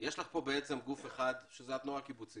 יש לך פה גוף אחד שזה התנועה הקיבוצית